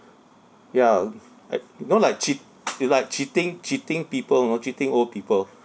ya I you know like cheat it's like cheating cheating people you know cheating old people